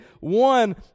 one